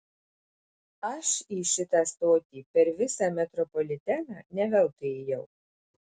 aš į šitą stotį per visą metropoliteną ne veltui ėjau